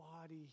body